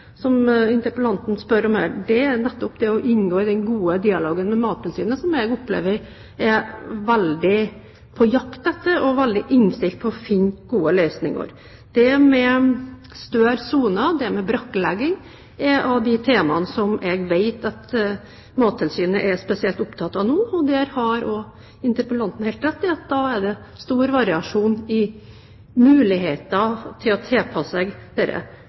som interpellanten spør om her, er nettopp å inngå i den gode dialogen med Mattilsynet, som jeg opplever er veldig på jakt etter og veldig innstilt på å finne gode løsninger. Større soner og brakklegging er av de temaene som jeg vet at Mattilsynet er spesielt opptatt av nå. Interpellanten har helt rett i at det er store variasjoner i mulighetene til å tilpasse seg